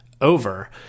over